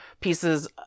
pieces